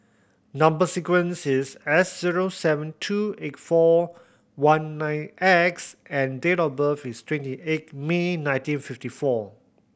number sequence is S zero seven two eight four one nine X and date of birth is twenty eight May nineteen fifty four